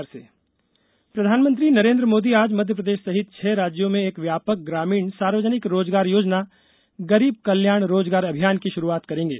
गरीब कल्याण अभियान प्रधानमंत्री नरेन्द्र मोदी आज मध्यप्रदेश सहित छह राज्यों में एक व्यापक ग्रामीण सार्वजनिक रोजगार योजना गरीब कल्याण रोजगार अभियान की शुरूआत करेंगे